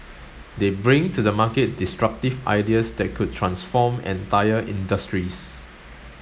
they bring to the market disruptive ideas that could transform entire industries